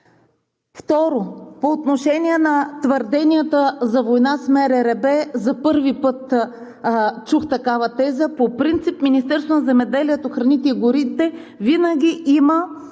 Второ, по отношение на твърденията за война с МРРБ. За първи път чух такава теза! По принцип Министерството на земеделието, храните и горите винаги има